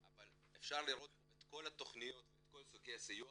אפשר לראות כאן את כל התכניות וסוגי הסיוע